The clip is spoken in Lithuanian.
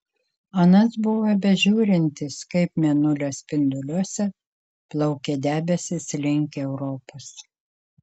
anas buvo bežiūrintis kaip mėnulio spinduliuose plaukia debesys link europos